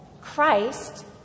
Christ